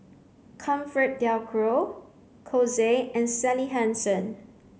ComfortDelGro Kose and Sally Hansen